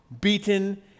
beaten